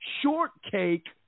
shortcake